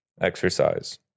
exercise